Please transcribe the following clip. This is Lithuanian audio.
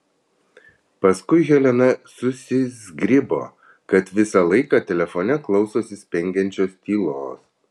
paskui helena susizgribo kad visą laiką telefone klausosi spengiančios tylos